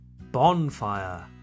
Bonfire